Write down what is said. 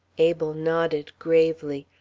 abel nodded gravely.